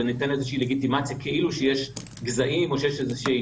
זה נותן איזשהו לגיטימציה כאילו שיש גזעים או שיש איזושהי